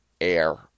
air